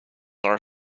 are